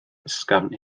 ysgafn